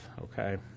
okay